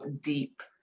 deep